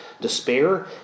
despair